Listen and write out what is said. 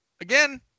again